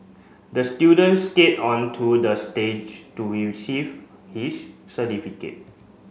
the student skate onto the stage to receive his certificate